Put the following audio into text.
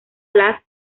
las